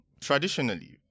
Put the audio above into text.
Traditionally